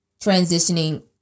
transitioning